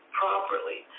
properly